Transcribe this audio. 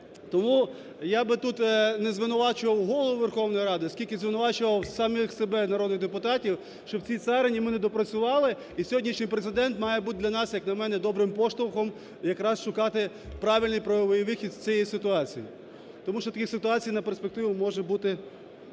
Тому я би тут не звинувачував Голову Верховної Ради, скільки звинувачував самих себе народних депутатів, що у цій царині ми недопрацювали. І сьогоднішній прецедент має бути для нас, як на мене, добрим поштовхом якраз шукати правильний правовий вихід із цієї ситуації. Тому що таких ситуацій на перспективу може бути